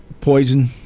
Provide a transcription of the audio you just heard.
Poison